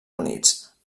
units